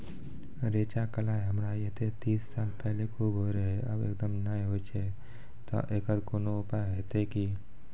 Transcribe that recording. रेचा, कलाय हमरा येते तीस साल पहले खूब होय रहें, अब एकदम नैय होय छैय तऽ एकरऽ कोनो उपाय हेते कि?